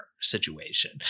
situation